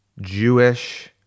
Jewish